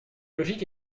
logique